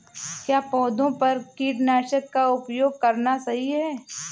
क्या पौधों पर कीटनाशक का उपयोग करना सही है?